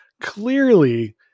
clearly